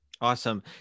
Awesome